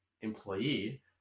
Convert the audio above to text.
employee